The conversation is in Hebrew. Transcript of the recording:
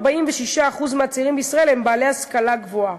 46% מהצעירים בישראל הם בעלי השכלה גבוהה,